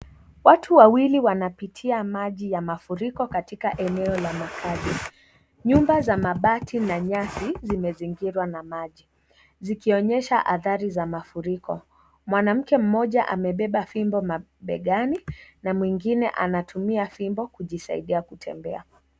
Watu wawili wanapitia maji ya mafuriko katika eneo la makazi. Nyumba za mabati na nyasi zimezingirwa na maji zikionyesha athari za mafuriko. Mwanamke mmoja amebeba fimbo mabegani na mwengine anatumia fimbo kujisaidia kutembea.